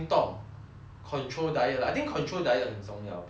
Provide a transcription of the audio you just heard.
control diet lah I think control diet 很重要不要乱乱吃 lor